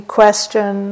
question